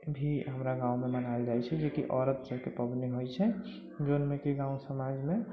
भी हमरा गाममे मनायल जाइ छै जेकि औरतसभके पबनी होइ छै जौनमेकि गाम समाजमे